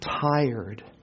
tired